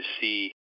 see